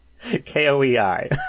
K-O-E-I